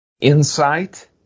insight